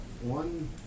one